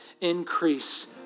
increase